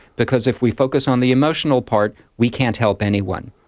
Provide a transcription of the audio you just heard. because if we focus on the emotional part we can't help anyone.